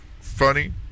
funny